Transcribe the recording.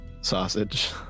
Sausage